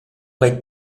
quei